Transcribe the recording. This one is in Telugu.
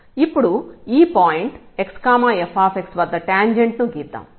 ఇప్పుడు ఈ పాయింట్ x f వద్ద టాంజెంట్ ను గీద్దాం